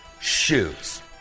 shoes